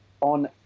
on